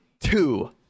two